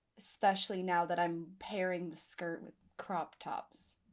especially now that i'm pairing the skirt with crop tops.